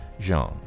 Jean